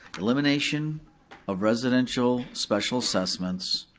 elimination of residential special assessments.